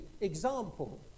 example